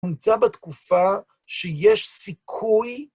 נמצא בתקופה שיש סיכוי